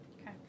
Okay